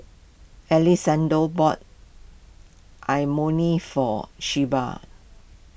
Alessandro bought Imoni for Shelbi